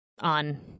on